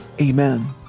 Amen